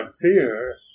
fear